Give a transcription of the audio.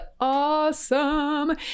awesome